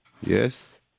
Yes